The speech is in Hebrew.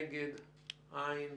נגד אין.